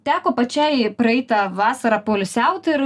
teko pačiai praeitą vasarą poilsiaut ir